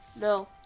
No